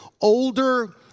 older